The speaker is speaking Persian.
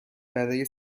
برای